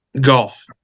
Golf